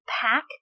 pack